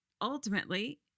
ultimately